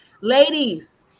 ladies